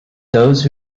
those